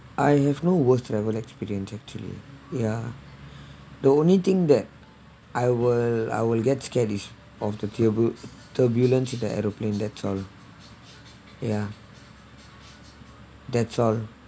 I have no worst travel experience actually yeah the only thing that I will I will get scared is of the turbu~ turbulence of the aeroplane that's all ya that's all